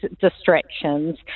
distractions